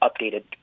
updated